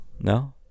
No